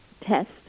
test